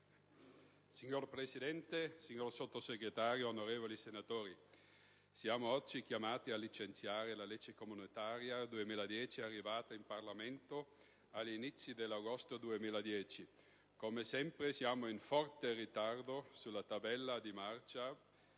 Signor Presidente, signor Sottosegretario, onorevoli senatori, siamo oggi chiamati a licenziare la legge comunitaria 2010 arrivata in Parlamento all'inizio dell'agosto 2010. Come sempre, siamo in forte ritardo sulla tabella di marcia.